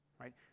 right